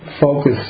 focus